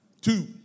Two